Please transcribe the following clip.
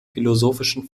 philosophischen